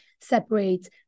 separate